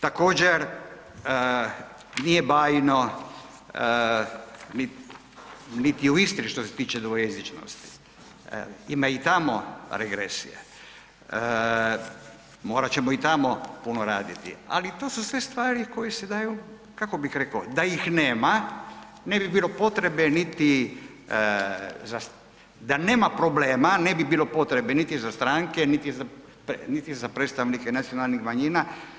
Također nije bajno niti u Istri što se tiče dvojezičnosti, ima i tamo regresije, morat ćemo i tamo puno raditi, ali to su sve stvari koje se daju, kako bih rekao, da ih nema ne bi bilo potrebe niti, da nema problema ne bi bilo potrebe niti za stranke niti za predstavnike nacionalnih manjina.